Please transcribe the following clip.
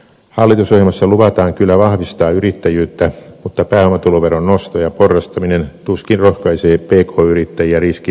hallitusohjelmassa luvataan kyllä vahvistaa yrittäjyyttä mutta pääomatuloveron nosto ja porrastaminen tuskin rohkaisee pk yrittäjiä riskinottoon